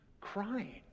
crying